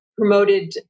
promoted